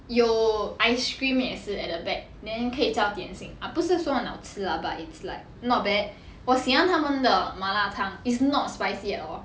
有 ice cream 也是 at the back then 可以叫点心 but 不是说很好吃 lah but it's like not bad 我喜欢他们的麻辣烫 it's not spicy at all